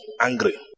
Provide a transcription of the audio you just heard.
angry